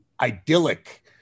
idyllic